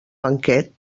banquet